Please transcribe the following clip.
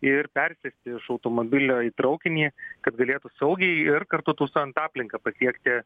ir persėsti iš automobilio į traukinį kad galėtų saugiai ir kartu tausojant aplinką pasiekti